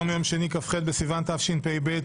היום יום שני כ"ח בסיוון התשפ"ב,